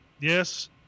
Yes